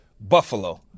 Buffalo